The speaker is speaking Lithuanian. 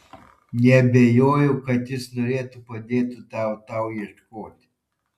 neabejoju kad jis norėtų padėti tau ieškoti